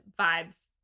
vibes